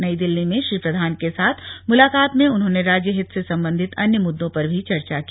नई दिल्ली में श्री प्रधान के साथ मुलाकात में उन्होंने राज्यहित से संबंधित अन्य मुद्दों पर भी चर्चा की